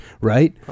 right